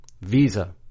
Visa